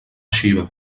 xiva